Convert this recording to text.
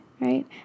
right